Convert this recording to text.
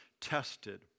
tested